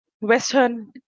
western